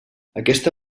aquesta